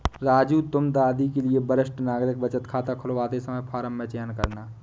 राजू तुम दादी के लिए वरिष्ठ नागरिक बचत खाता खुलवाते समय फॉर्म में चयन करना